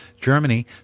Germany